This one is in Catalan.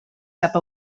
cap